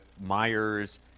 Myers